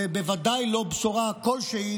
ובוודאי לא בשורה כלשהי